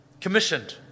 commissioned